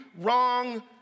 wrong